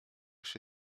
się